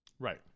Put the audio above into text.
Right